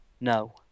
No